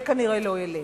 זה כנראה לא יהיה,